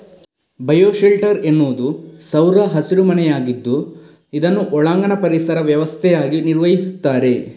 bio shelter ಎನ್ನುವುದು ಸೌರ ಹಸಿರು ಮನೆಯಾಗಿದ್ದು ಇದನ್ನು ಒಳಾಂಗಣ ಪರಿಸರ ವ್ಯವಸ್ಥೆಯಾಗಿ ನಿರ್ವಹಿಸ್ತಾರೆ